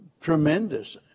tremendous